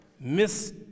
Miss